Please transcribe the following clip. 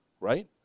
right